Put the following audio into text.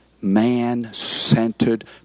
man-centered